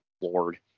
Lord